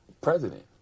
president